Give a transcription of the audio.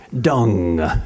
Dung